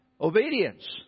obedience